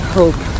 hope